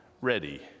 ready